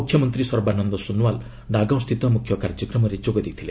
ମୁଖ୍ୟମନ୍ତ୍ରୀ ସର୍ବାନନ୍ଦ ସୋନୋୱାଲ୍ ନାଗାଓଁ ସ୍ଥିତ ମୁଖ୍ୟ କାର୍ଯ୍ୟକ୍ରମରେ ଯୋଗ ଦେଇଥିଲେ